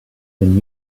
than